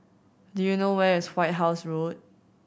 do you know where is White House Road